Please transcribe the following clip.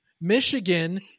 Michigan